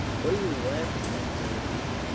what are you laughing at, grandniece?